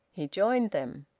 he joined them.